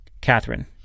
Catherine